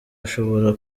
ashobora